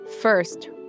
First